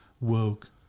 woke